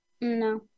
No